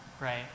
right